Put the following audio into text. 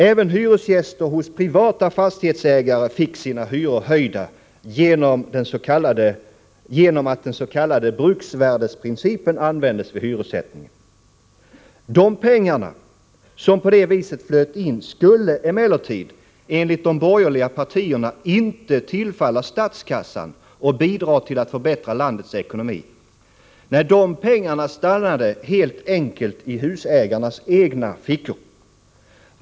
Även hyresgäster hos privata fastighetsägare fick sina hyror höjda genom att den s.k. bruksvärdesprincipen användes vid hyressättningen. De pengar som på det viset flöt in skulle emellertid, enligt de borgerliga partierna, inte tillfalla statskassan och bidra till att förbättra landets ekonomi. De pengarna stannade helt enkelt i husägarnas egna fickor.